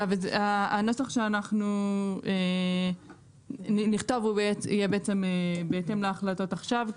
הנוסח שאנחנו נכתוב הוא יהיה בעצם בהתאם להחלטות עכשיו,